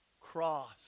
cross